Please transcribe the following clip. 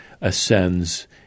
ascends